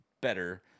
better